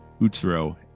Utsuro